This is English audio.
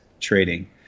trading